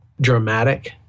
dramatic